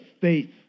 faith